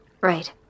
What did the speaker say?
right